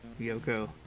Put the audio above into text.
Yoko